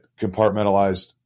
compartmentalized